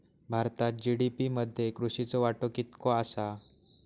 भारतात जी.डी.पी मध्ये कृषीचो वाटो कितको आसा?